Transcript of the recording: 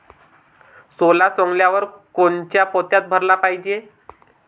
सोला सवंगल्यावर कोनच्या पोत्यात भराले पायजे?